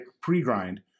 pre-grind